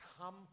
come